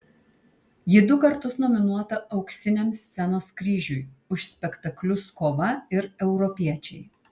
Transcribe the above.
ji du kartus nominuota auksiniam scenos kryžiui už spektaklius kova ir europiečiai